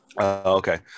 Okay